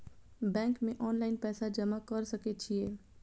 Bank में online पैसा जमा कर सके छीये?